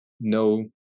no